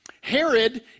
Herod